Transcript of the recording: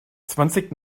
zwanzig